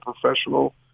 professional